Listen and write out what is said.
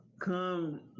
come